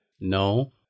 No